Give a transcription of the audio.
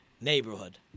neighborhood